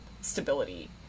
stability